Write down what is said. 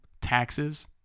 taxes